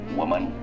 woman